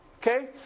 Okay